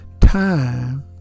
time